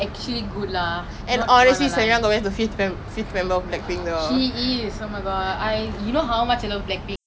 but a lot of people seem to like edison ray I just don't see why they like her lah my opinion though